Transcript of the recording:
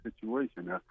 situation